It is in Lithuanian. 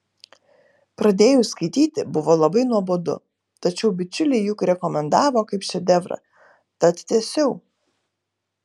pradėjus skaityti buvo labai nuobodu tačiau bičiuliai juk rekomendavo kaip šedevrą tad tęsiau